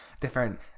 different